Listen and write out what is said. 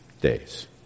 days